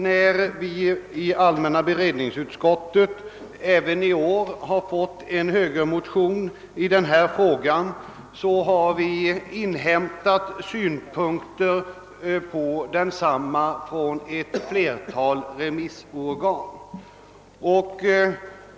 När vi i allmänna beredningsutskottet även i år fått en motion från moderata samlingspartiet i denna fråga har vi inhämtat synpunkter på densamma från ett fiertal remissorgan.